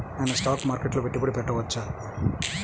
నేను స్టాక్ మార్కెట్లో పెట్టుబడి పెట్టవచ్చా?